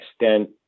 extent